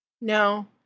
No